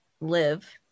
live